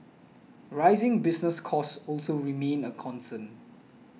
rising business costs also remain a concern